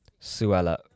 Suella